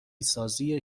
سازی